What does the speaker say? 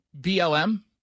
BLM